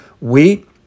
wheat